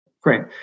Great